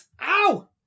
Ow